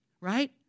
right